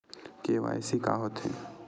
KYC का होथे?